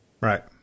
Right